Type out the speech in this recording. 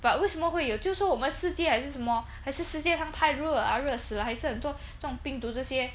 but 为什么会有就是说我们世界还是什么还是世界他们太热 ah 热死 lah 还是很多这种病毒这些